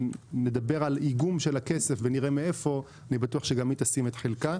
וכשנדבר על איגום של הכסף ונראה מאיפה אני בטוח שגם היא תשים את חלקה.